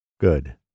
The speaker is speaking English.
Good